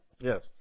Yes